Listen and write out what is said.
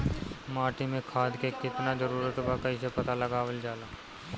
माटी मे खाद के कितना जरूरत बा कइसे पता लगावल जाला?